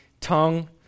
tongue